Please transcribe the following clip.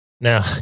Now